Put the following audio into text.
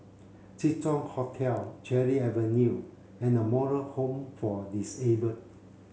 Jin Dong Hotel Cherry Avenue and The Moral Home for Disabled